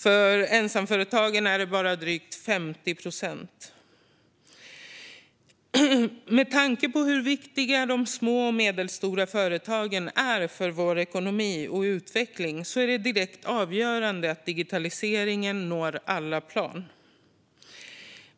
Bland ensamföretagarna är det bara drygt 50 procent. Med tanke på hur viktiga de små och medelstora företagen är för vår ekonomi och utveckling är det direkt avgörande att digitaliseringen når alla plan.